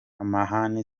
amahane